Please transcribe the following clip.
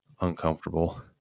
uncomfortable